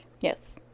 Yes